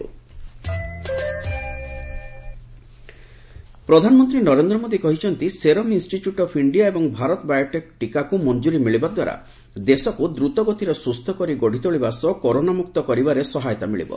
PM vaccine ପ୍ରଧାନମନ୍ତ୍ରୀ ନରେନ୍ଦ୍ର ମୋଦି କହିଛନ୍ତି serum institute of India ଏବଂ ଭାରତ ବାୟୋଟେକ୍ର ଟୀକାକୁ ମଞ୍ଜୁରି ମିଳିବାଦ୍ୱାରା ଦେଶକୁ ଦ୍ରତଗତିରେ ସ୍ୱସ୍ଥ କରି ଗଢ଼ିତୋଳିବା ସହ କରୋନାମ୍ରକ୍ତ କରିବାରେ ସହାୟତା ମିଳିବ